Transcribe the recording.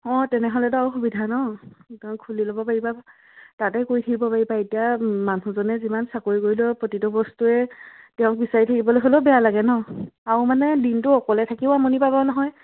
অঁ তেনেহ'লে বাৰু সুবিধা ন খুলি ল'ব পাৰিবা তাতেই কৰি থাকিব পাৰিবা এতিয়া মানুহজনে যিমান চাকৰি কৰিলেও প্ৰতিটো বস্তুৱে তেওঁক বিচাৰি থাকিবলৈ হ'লেও বেয়া লাগে ন আৰু মানে দিনটো অকলে থাকিব আমনি পাবা নহয়